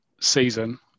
season